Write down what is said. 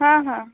हा हा